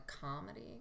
comedy